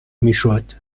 میشد